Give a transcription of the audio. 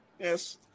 Yes